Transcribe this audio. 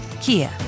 Kia